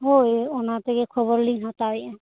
ᱦᱳᱭ ᱚᱱᱟ ᱛᱮᱜᱮ ᱠᱷᱚᱵᱚᱨ ᱞᱤᱧ ᱦᱟᱛᱟᱣ ᱭᱮᱫᱼᱟ